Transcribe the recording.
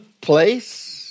place